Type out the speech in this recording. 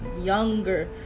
younger